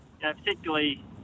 Particularly